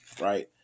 right